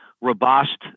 robust